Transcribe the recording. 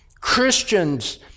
Christians